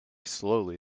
slowly